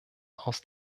aus